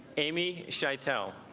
amy shito